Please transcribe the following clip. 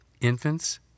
infants